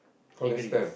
figurines